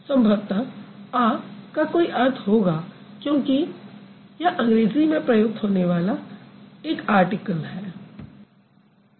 संभवतः आ का कोई अर्थ होगा क्योंकि यह अंग्रेज़ी में प्रयुक्त होने वाला एक आर्टिकल है